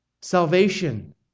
salvation